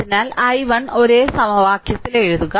അതിനാൽ i1 ഒരേ സമവാക്യത്തിൽ എഴുതുക